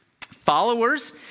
followers